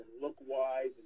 look-wise